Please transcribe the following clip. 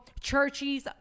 churches